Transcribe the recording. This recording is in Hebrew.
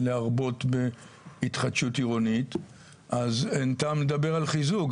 להרבות בהתחדשות עירונית אז אין טעם לדבר על חיזוק,